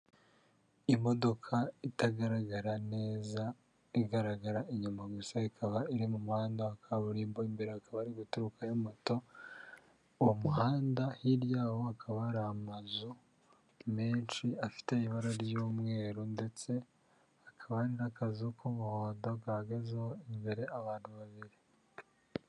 Imodoka itagaragara neza igaragara inyuma gusa ikaba iri mu muhanda wa kaburimbo, imbere hakaba hari guturukayo moto, uwo muhanda hirya yawo hakaba hari amazu, menshi afite ibara ry'umweru ndetse hakaba n'akazu k'umuhondo gahagazeho imbere abantu babiri.